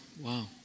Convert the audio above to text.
Wow